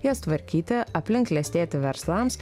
jas tvarkyti aplink klestėti verslams